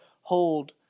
hold